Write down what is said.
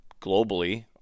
globally